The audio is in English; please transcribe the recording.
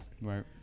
Right